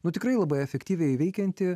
nu tikrai labai efektyviai veikiantį